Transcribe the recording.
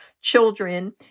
children